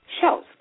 shows